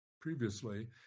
previously